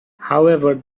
however